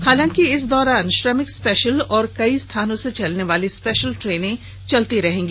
हालांकि इस दौरान श्रमिक स्पेशल और कई स्थानों से चलनेवाली स्पेशल ट्रेनें चलती रहेंगी